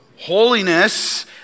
Holiness